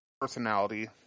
Personality